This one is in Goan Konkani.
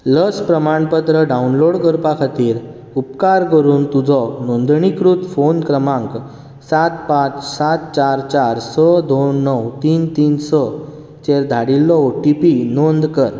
लस प्रमाण पत्र डावनलोड करपा खातीर उपकार करून तुजो नोंदणीकृत फोन क्रमांक सात पांच सात चार चार स दोन णव तीन तीन स चेर धाडिल्लो ओ टी पी नोंद कर